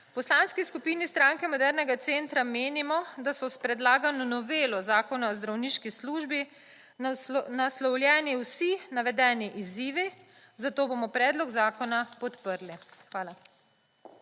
V Poslanski skupini Stranke modernega centra menimo, da so s predlagano novelo Zakon o zdravniški službi naslovljeni vsi navedeni izzivi, zato bomo predlog zakona podprli. Hvala.